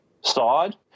side